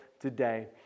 today